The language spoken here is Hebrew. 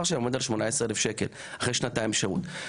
שלהם עומד על 18,000 שקל אחרי שנתיים שירות.